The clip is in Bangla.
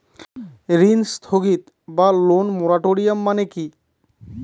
ঋণ স্থগিত বা লোন মোরাটোরিয়াম মানে কি?